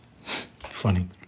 Funny